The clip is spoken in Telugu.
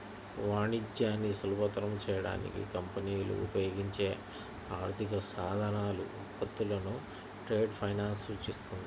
వాణిజ్యాన్ని సులభతరం చేయడానికి కంపెనీలు ఉపయోగించే ఆర్థిక సాధనాలు, ఉత్పత్తులను ట్రేడ్ ఫైనాన్స్ సూచిస్తుంది